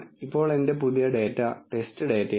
ഇപ്പോൾ എന്റെ പുതിയ ഡാറ്റ ടെസ്റ്റ് ഡാറ്റയാണ്